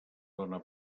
dóna